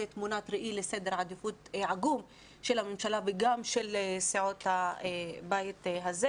זה תמונת ראי לסדר עדיפות עגום של הממשלה וגם של סיעות הבית הזה,